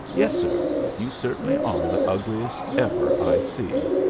yes, sir you certainly are the ugliest ever i see,